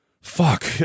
Fuck